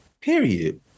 Period